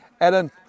Ellen